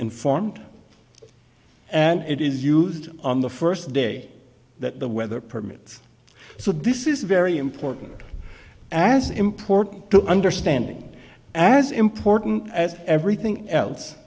informed and it is used on the first day that the weather permits so this is very important as important to understanding as important as everything else